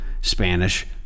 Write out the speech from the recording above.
Spanish